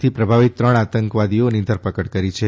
થી પ્રભાવીત ત્રણ આતંકવાદીઓની ધરપકડ કરી છે